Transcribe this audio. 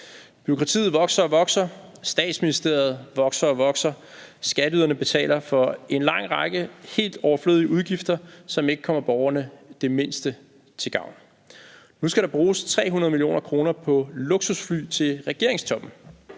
Bureaukratiet vokser og vokser. Statsministeriet vokser og vokser. Skatteyderne betaler for en lang række helt overflødige udgifter, som ikke kommer borgerne det mindste til gavn. Nu skal der bruges 300 mio. kr. på luksusfly til regeringstoppen.